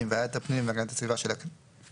עם ועדת הפנים והגנת הסביבה של הכנסת,